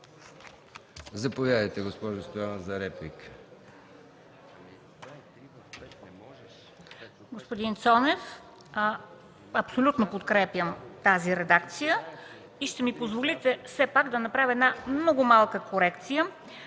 Заповядайте, госпожо Стоянова, за реплика.